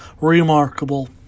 Remarkable